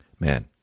Man